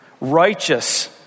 righteous